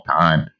time